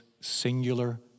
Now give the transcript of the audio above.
singular